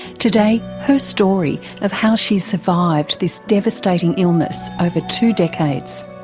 today, her story of how she's survived this devastating illness over two decades.